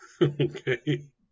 okay